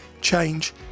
change